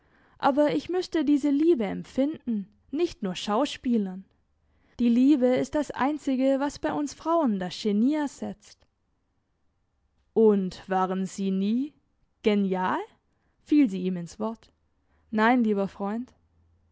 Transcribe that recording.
aber ich müsste diese liebe empfinden nicht nur schauspielern die liebe ist das einzige was bei uns frauen das genie ersetzt und waren sie nie genial fiel sie ihm ins wort nein lieber freund